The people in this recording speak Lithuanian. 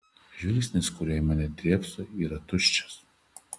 žvilgsnis kuriuo į mane dėbso yra tuščias